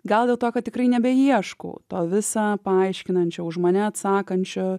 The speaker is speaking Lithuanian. gal dėl to kad tikrai nebeieškau to visa paaiškinančio už mane atsakančio